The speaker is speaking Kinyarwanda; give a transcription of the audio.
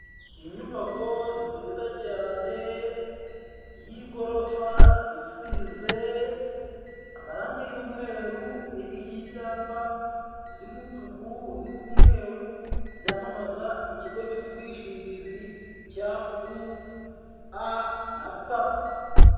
Inyubako nziza cyane y'igorofa isize amarange y'umweru, iriho ibyapa by'umutuku n'umweru byamamaza ikigo cy'ubwishingizi cya U A na P.